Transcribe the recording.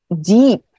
deep